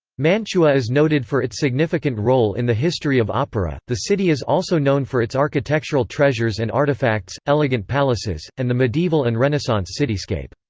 mantua is noted for its significant role in the history of opera the city is also known for its architectural treasures and artifacts, elegant palaces, and the medieval and renaissance cityscape.